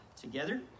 together